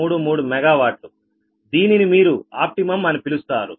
33 MW దీనిని మీరు optimum అని పిలుస్తారు